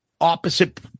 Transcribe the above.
opposite